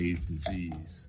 disease